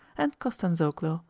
and kostanzhoglo,